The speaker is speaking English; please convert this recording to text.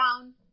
down